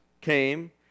came